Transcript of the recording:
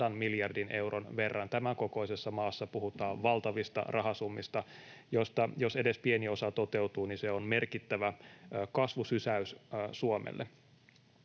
100 miljardin euron verran. Tämänkokoisessa maassa puhutaan valtavista rahasummista, joista jos edes pieni osa toteutuu, niin se on merkittävä kasvusysäys Suomelle.